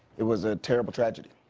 it was a terrible tragedy.